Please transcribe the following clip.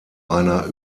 einer